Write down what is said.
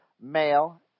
male